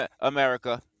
America